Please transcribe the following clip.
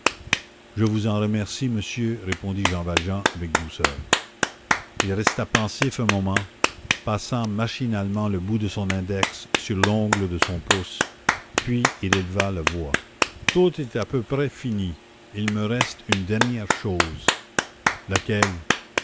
je vous en remercie monsieur répondit jean valjean avec douceur il resta pensif un moment passant machinalement le bout de son index sur l'ongle de son pouce puis il éleva la voix tout est à peu près fini il me reste une dernière chose laquelle